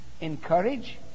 Encourage